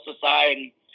society